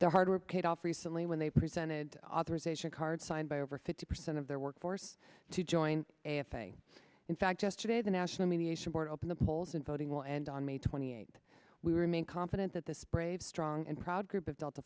their hard work paid off recently when they presented authorization card signed by over fifty percent of their workforce to join a f a in fact yesterday the national mediation board open the polls and voting will end on may twenty eighth we remain confident that this brave strong and proud group of delta